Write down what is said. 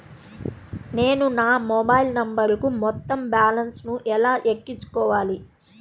నేను నా మొబైల్ నంబరుకు మొత్తం బాలన్స్ ను ఎలా ఎక్కించుకోవాలి?